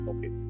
Okay